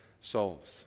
souls